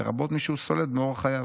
לרבות מי שהוא סולד מאורח חייו".